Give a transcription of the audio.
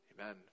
Amen